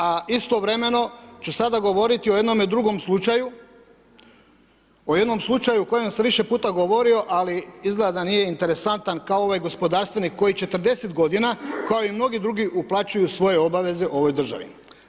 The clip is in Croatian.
A istovremeno ću sada govoriti o jednom drugom slučaju, o jednom slučaju o kojem sam više puta govorio, ali izgleda da nije interesantan kao ovaj gospodarstvenik koji 40 godina kao i mnogi drugi uplaćuju svoje obaveze ovoj državi.